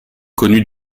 connus